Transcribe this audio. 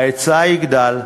ההיצע יגדל.